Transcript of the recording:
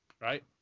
right